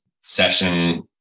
session